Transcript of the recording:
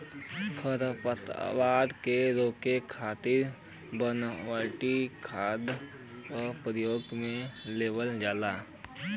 खरपतवार के रोके खातिर बनावटी खाद क परयोग में लेवल जाला